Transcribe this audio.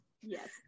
yes